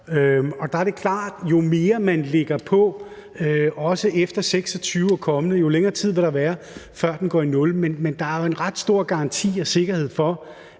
Og der er det klart, at jo mere, man lægger på – også efter 2026 – jo længere tid vil der være, før den går i nul. Men der er jo en ret stor garanti og sikkerhed for,